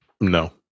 No